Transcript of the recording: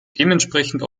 dementsprechend